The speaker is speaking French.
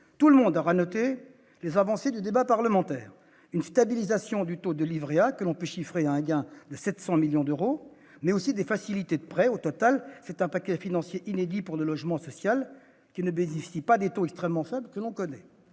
Tout le monde aura noté les avancées lors du débat parlementaire : une stabilisation du taux du livret A qui entraînera un gain de 700 millions d'euros, mais aussi des facilités de prêts. Au total, c'est un paquet financier inédit pour le logement social, qui ne bénéficie pas des taux extrêmement faibles que l'on connaît.